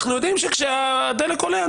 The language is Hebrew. דווקא הפוך,